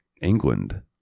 England